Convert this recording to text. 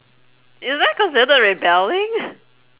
is that considered rebelling